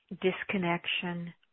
disconnection